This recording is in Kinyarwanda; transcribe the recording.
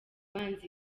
abanzi